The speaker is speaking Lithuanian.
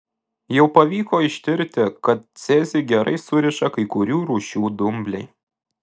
jau pavyko ištirti kad cezį gerai suriša kai kurių rūšių dumbliai